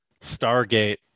Stargate